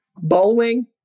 Bowling